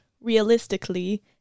realistically